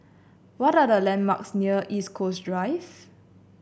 what are the landmarks near Eastwood Drive